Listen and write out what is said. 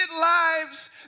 lives